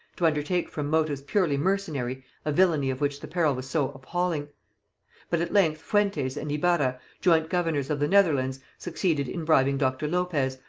to undertake from motives purely mercenary a villany of which the peril was so appalling but at length fuentes and ibarra, joint governors of the netherlands, succeeded in bribing dr. lopez,